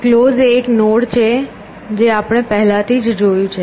close એ એક node છે જે આપણે પહેલાથી જોયું છે